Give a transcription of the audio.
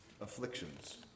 afflictions